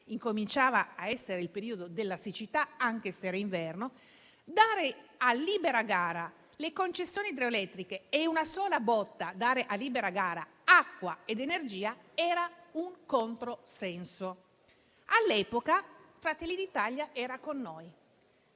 iniziava il periodo della siccità, anche se era inverno, dare a libera gara le concessioni idroelettriche e in un solo colpo dare a libera gara acqua ed energia era un controsenso. All'epoca Fratelli d'Italia era con noi,